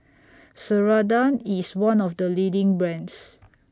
Ceradan IS one of The leading brands